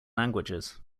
languages